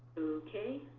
ok.